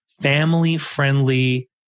Family-friendly